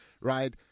right